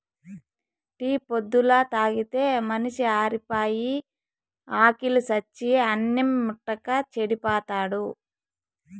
tea పొద్దల్లా తాగితే మనిషి ఆరిపాయి, ఆకిలి సచ్చి అన్నిం ముట్టక చెడిపోతాడు